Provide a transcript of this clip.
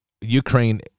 Ukraine